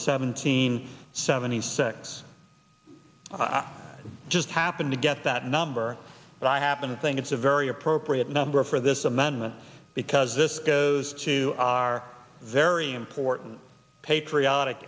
seventeen seventy six i just happened to get that number but i happen to think it's a very appropriate number for this amendment because this goes to our very important patriotic